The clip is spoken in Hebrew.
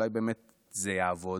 אולי באמת זה יעבוד.